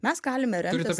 mes galime remtis